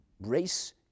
race